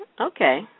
Okay